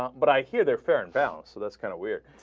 but i hear there ferret out so thats kinda weird